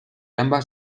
ambas